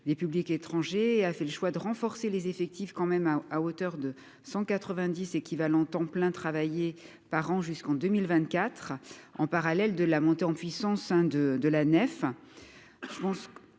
des publics étrangers à c'est le choix de renforcer les effectifs quand même à hauteur de 190 équivalents temps plein travaillés par an jusqu'en 2024 en parallèle de la montée en puissance, hein, de